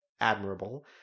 admirable